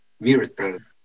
Mirrored